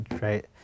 right